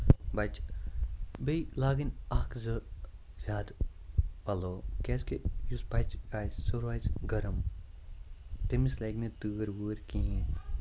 بَچہٕ بیٚیہِ لاگٕنۍ اکھ زٕ زیادٕ پَلو کیازِ کہِ یُس بَچہٕ آسہِ سُہ روزِ گرُم تٔمِس لگہِ نہٕ تۭر وۭر کِہینۍ